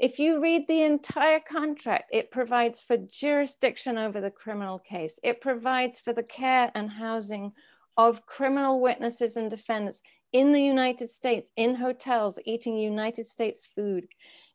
if you read the entire contract it provides for jurisdiction over the criminal case it provides for the care and housing of criminal witnesses and defense in the united states in hotels eating united states food